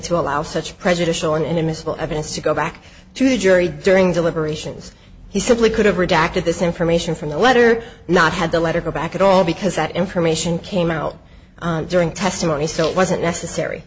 to allow such prejudicial and immiscible evidence to go back to the jury during deliberations he simply could have redacted this information from the letter not had the letter back at all because that information came out during testimony so it wasn't necessary